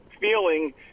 feeling